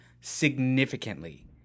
significantly